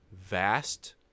vast